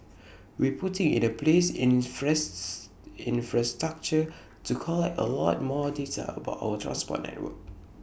we're putting in place infrastructure to collect A lot more data about our transport network